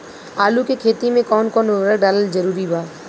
आलू के खेती मे कौन कौन उर्वरक डालल जरूरी बा?